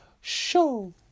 show